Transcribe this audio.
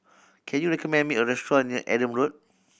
can you recommend me a restaurant near Adam Road